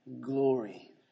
glory